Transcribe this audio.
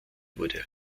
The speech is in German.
wurde